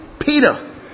Peter